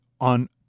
on